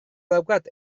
daukat